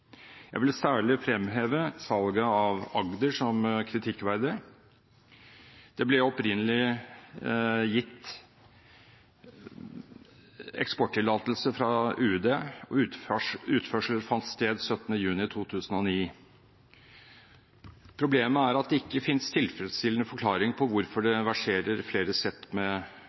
Jeg vil særlig fremheve salget av «Agder» som kritikkverdig. Det ble opprinnelig gitt eksporttillatelse fra Utenriksdepartementet, og utførsel fant sted 17. juni 2009. Problemet er at det ikke finnes tilfredsstillende forklaring på hvorfor det verserer flere sett med